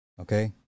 Okay